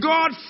God